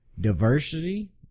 Diversity